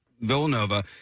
Villanova